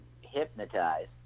hypnotized